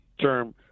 term